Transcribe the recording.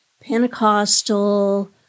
Pentecostal